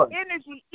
energy